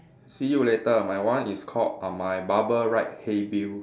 see you later my one is called my barber right hey Bill